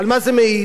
על מה זה מעיד?